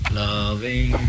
loving